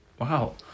wow